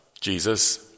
Jesus